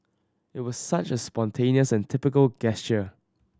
it was such a spontaneous and typical gesture